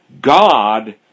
God